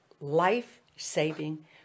life-saving